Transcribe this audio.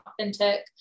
authentic